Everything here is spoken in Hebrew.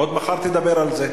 עוד מחר תדבר על זה.